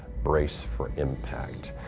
brace for impact.